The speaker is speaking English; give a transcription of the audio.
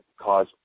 cause